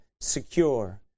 secure